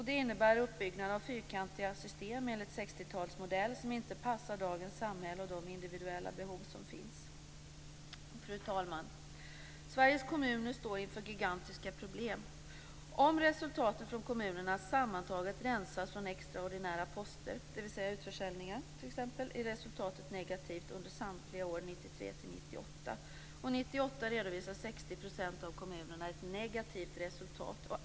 Det innebär uppbyggnad av fyrkantiga system enligt sextiotalsmodell som inte passar dagens samhälle och de individuella behov som finns. Fru talman! Sveriges kommuner står inför gigantiska problem. Om resultatet för kommunerna sammantaget rensas från extraordinära poster, dvs. utförsäljningar, är resultatet negativt under samtliga år från 1993 till 1998. År 1998 redovisar 60 % av kommunerna ett negativt resultat.